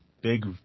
big